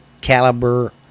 Caliber